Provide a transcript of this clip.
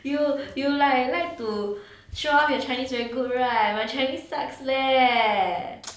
you you like like to show off your chinese very good right my chinese sucks leh